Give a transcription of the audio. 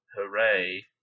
Hooray